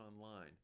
online